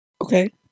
Okay